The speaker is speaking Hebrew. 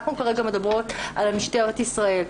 אנחנו כרגע מדברות על משטרת ישראל.